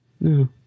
No